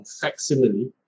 facsimile